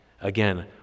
Again